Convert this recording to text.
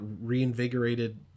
reinvigorated